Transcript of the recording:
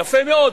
יפה מאוד,